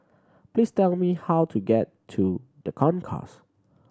please tell me how to get to The Concourse